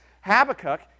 Habakkuk